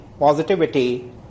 Positivity